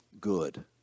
good